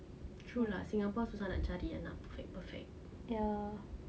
true lah singapore susah nak cari yang perfect perfect